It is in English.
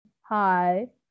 Hi